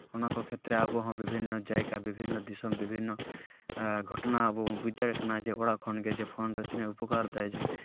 ᱚᱱᱟᱠᱚ ᱠᱷᱮᱛᱨᱮ ᱟᱵᱦᱚᱸ ᱵᱤᱵᱷᱤᱱᱱᱚ ᱡᱟᱭᱜᱟ ᱵᱤᱵᱷᱤᱱᱱᱚ ᱫᱤᱥᱚᱢ ᱵᱤᱵᱷᱤᱱᱱᱚ ᱜᱷᱚᱴᱚᱱᱟ ᱟᱵᱚᱵᱚᱱ ᱵᱩᱡᱽ ᱫᱟᱲᱮᱜ ᱠᱟᱱᱟ ᱡᱮ ᱚᱲᱟᱜ ᱠᱷᱚᱱ ᱜᱮ ᱡᱮ ᱯᱷᱳᱱ ᱛᱮ ᱛᱤᱱᱟᱹᱜ ᱩᱯᱚᱠᱟᱨ ᱮᱫᱟᱭ